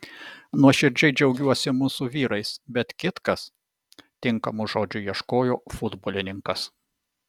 nuoširdžiai džiaugiuosi mūsų vyrais bet kitkas tinkamų žodžių ieškojo futbolininkas